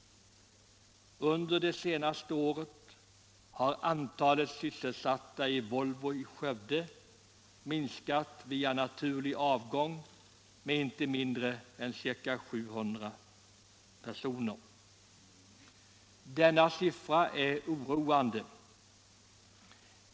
Under det senaste året har antalet sysselsatta vid Volvo i Skövde minskat via naturlig avgång med inte mindre än ca 700 personer. Denna siffra är oroande.